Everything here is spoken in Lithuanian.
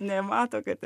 nemato kad